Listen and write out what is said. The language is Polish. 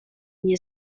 nie